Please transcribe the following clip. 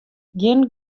gjin